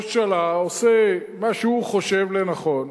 ראש הממשלה עושה מה שהוא חושב לנכון,